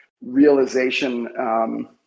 realization